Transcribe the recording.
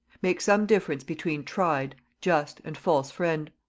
make some difference between tried, just, and false friend.